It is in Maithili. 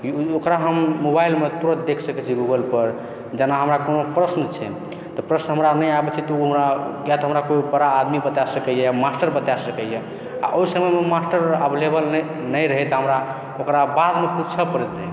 ओकरा हम मोबाइलमे तुरत देख सकैत छियैक गूगलपर जेना हमरा कोनो प्रश्न छै तऽ प्रश्न हमरा नहि आबैत छै तऽ ओ हमरा या तऽ हमरा कोनो बड़ा आदमी बता सकैए मास्टर बता सकैए आओर ओहि समयमे मास्टर एवलेवल नहि रहै तऽ हमरा ओकरा बादमे पूछै पड़ैत रहै